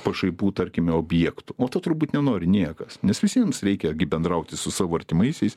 pašaipų tarkime objektu o tu turbūt nenori niekas nes visiems reikia bendrauti su savo artimaisiais